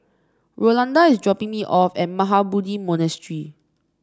Rolanda is dropping me off at Mahabodhi Monastery